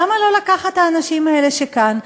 למה לא לקחת את האנשים האלה שכאן,